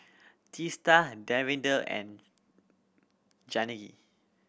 Teesta and Davinder and